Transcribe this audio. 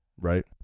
right